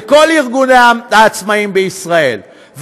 לכל ארגוני העצמאים בישראל,